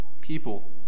people